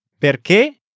Perché